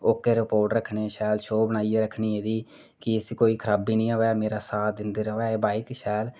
okay report रक्खनी शैल शो बनाइयै रक्खनी कि इसी कोई खराबी निं आवै मेरा साथ दिंदी रवै एह् शैल